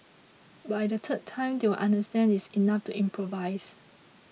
by the third time they will understand it's enough to improvise